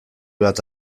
bat